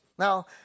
Now